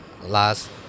last